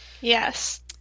Yes